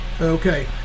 Okay